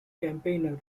campaigner